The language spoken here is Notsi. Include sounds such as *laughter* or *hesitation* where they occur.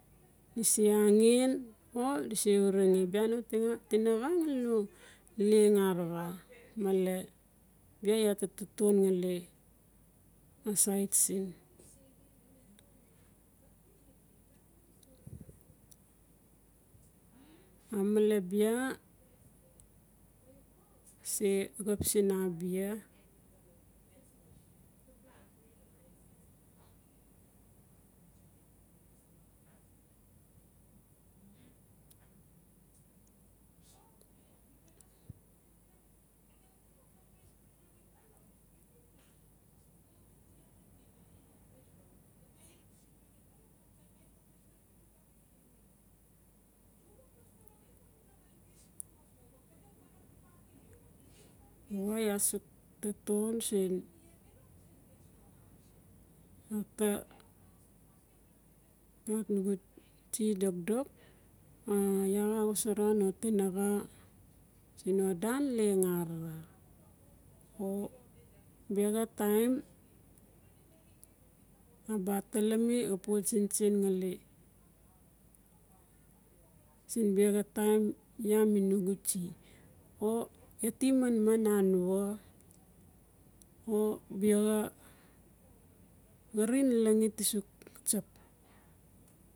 Di se angan, o di se urenge bia no tinaxa ngali no leng araramale bia iaa ta taton ngali asait sii. *noise* a mele bia se xap siin a bia *hesitation* *unintelligible* iaa suk taton siin *noise* ap ka tsi dokdok o iaa xa wasara no tinaxa siin no dan leng arara, o bexa taim, iaa atalami xa pu tsintsin ngali *noise* siin bexa taim iaa mi nugu tsi o geti manman lan anua o bexa xarin langit a suk tsap.